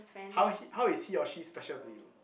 how he how is he or she special to you